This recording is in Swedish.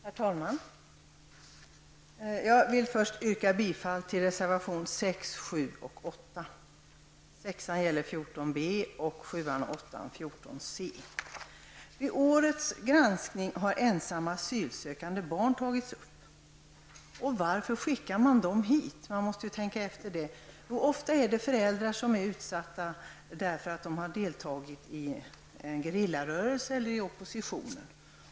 Herr talman! Jag vill först yrka bifall till reservationerna 6, 7 och 8. Reservation 6 avser avsnitt 14 b, och reservationerna 7 och 8 avser avsnitt 14 c. Vid årets granskning har frågan om ensamma asylsökande barn tagits upp. Man måste tänka efter varför dessa barn skickas hit. Föräldrarna är ofta utsatta för förföljelse därför att de har deltagit i en gerillarörelse eller för att de har varit oppositionella.